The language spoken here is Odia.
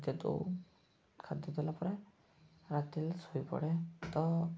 ଖାଦ୍ୟ ଦେଉ ଖାଦ୍ୟ ଦେଲା ପରେ ରାତିରେ ଶୋଇ ପଡ଼େ ତ